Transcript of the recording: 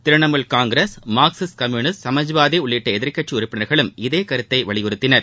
Trinamool Congress Marxist communist Samajwadi உள்ளிட்ட எதிர்க்கட்சி உறுப்பினர்களும் இதே கருத்தை வலியுறுத்தினர்